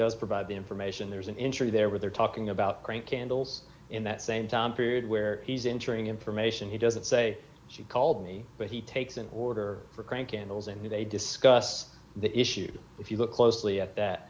does provide the information there's an interview there with her talking about great candles in that same time period where he's entering information he doesn't say she called me but he takes an order for crank candles and they discuss the issue if you look closely at that